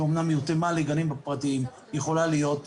שאמנם היא הותאמה לגנים הפרטיים יכולה להיות,